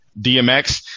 dmx